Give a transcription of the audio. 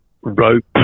rope